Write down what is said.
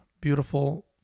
beautiful